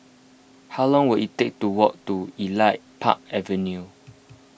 how long will it take to walk to Elite Park Avenue